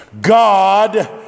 God